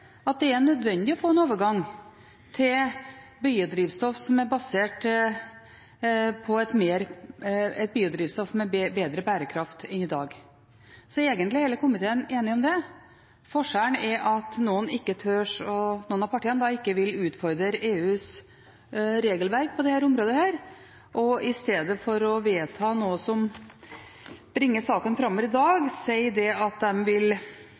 er nødvendig å få en overgang til biodrivstoff med bedre bærekraft enn i dag. Egentlig er hele komiteen enig om det. Forskjellen er at noen av partiene ikke vil utfordre EUs regelverk på dette området, og i stedet for å vedta noe som bringer saken framover, i dag, sier at de vil